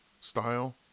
style